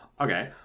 Okay